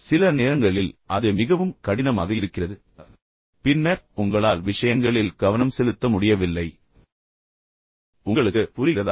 சில நேரங்களில் நீங்கள் அது மிகவும் கடினமாக இருப்பதைக் காண்கிறீர்கள் பின்னர் உங்களால் விஷயங்களில் கவனம் செலுத்த முடியவில்லை உங்களுக்கு புரிகிறதா